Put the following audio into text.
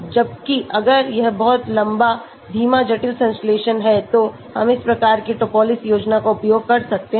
जबकि अगर यह बहुत लंबा धीमा जटिल संश्लेषण है तो हम इस प्रकार की Topliss योजना का उपयोग कर सकते हैं